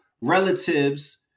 relatives